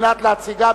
נמנעים.